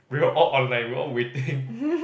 we were all online we were all waiting